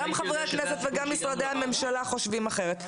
אם הייתי יודע --- גם חברי הכנסת וגם משרדי הממשלה חושבים אחרת.